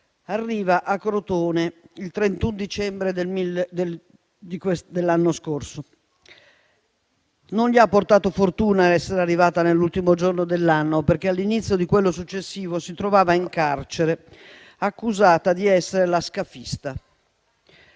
arrivata a Crotone il 31 dicembre dell'anno scorso. Non le ha portato fortuna essere arrivata l'ultimo giorno dell'anno, perché all'inizio di quello successivo si trovava in carcere, accusata di essere la scafista.